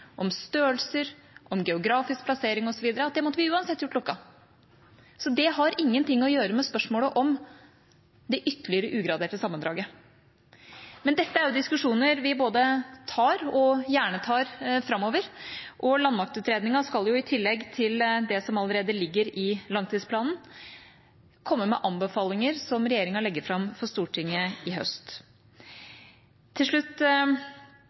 om størrelser, om geografisk plassering osv., at det måtte vi uansett gjort lukket. Det har ingenting å gjøre med spørsmålet om det ytterligere ugraderte sammendraget. Men dette er jo diskusjoner vi både tar og gjerne tar framover, og landmaktutredningen skal jo i tillegg til det som allerede ligger i langtidsplanen, komme med anbefalinger som regjeringa legger fram for Stortinget i høst. Til slutt